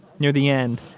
near the end,